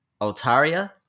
Altaria